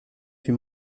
fut